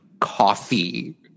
coffee